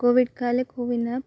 कोविड्काले CoWIN app